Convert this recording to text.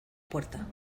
puerta